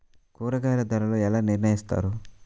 కూరగాయల ధరలు ఎలా నిర్ణయిస్తారు?